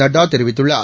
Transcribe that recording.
நட்டாதெரிவித்துள்ளார்